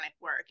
work